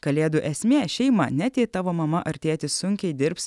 kalėdų esmė šeima net jei tavo mama ar tėtis sunkiai dirbs